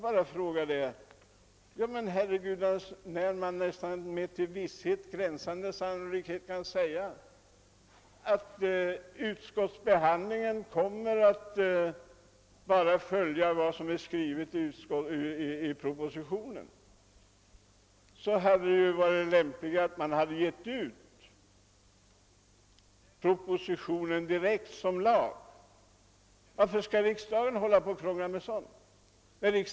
När man med nästan till visshet gränsande sannolikhet kan säga att utskottet kommer att följa propositionen hade det väl varit lämpligt att direkt ge ut propositionen som lag. Varför skall riksdagen hålla på och krångla med sådant?